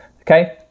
Okay